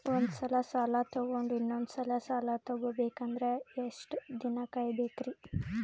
ಒಂದ್ಸಲ ಸಾಲ ತಗೊಂಡು ಇನ್ನೊಂದ್ ಸಲ ಸಾಲ ತಗೊಬೇಕಂದ್ರೆ ಎಷ್ಟ್ ದಿನ ಕಾಯ್ಬೇಕ್ರಿ?